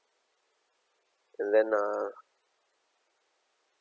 and then uh